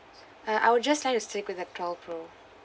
uh I would just like to stick with the twelve pro